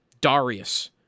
Darius